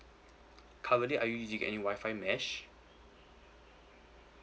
currently are you using any Wi-Fi mesh